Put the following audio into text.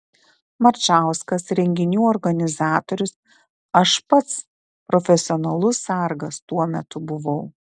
marčauskas renginių organizatorius aš pats profesionalus sargas tuo metu buvau